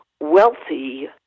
wealthy